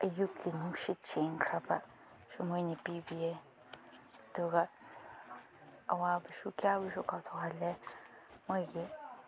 ꯑꯌꯨꯛꯀꯤ ꯅꯨꯡꯁꯤꯠ ꯁꯦꯡꯈ꯭ꯔꯕꯁꯨ ꯃꯣꯏꯅ ꯄꯤꯕꯤꯌꯦ ꯑꯗꯨꯒ ꯑꯋꯥꯕꯁꯨ ꯀꯌꯥꯕꯨꯁꯨ ꯀꯥꯎꯊꯣꯛꯍꯜꯂꯦ ꯃꯣꯏꯒꯤ